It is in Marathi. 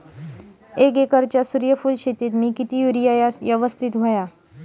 एक एकरच्या सूर्यफुल शेतीत मी किती युरिया यवस्तित व्हयो?